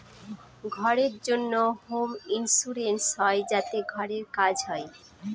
ঘরের জন্য home insurance হয় যাতে ঘরের কাজ হয়